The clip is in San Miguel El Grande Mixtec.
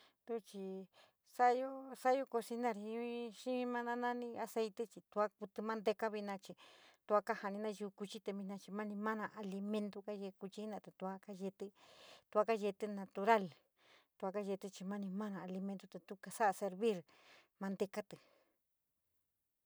Tu chii, sa´ayo, sa´ayo cocinar jii xii maa nani aceite chi tuakutí manteca vina chi tuo kajani nouyiu kouchii chi mani maa alimento kayee couch penati tua kayetí, tua kaveetí intaurou tua kayetichi mani mana alimento kasa seurir mantecatí.